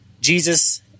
Jesus